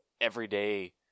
everyday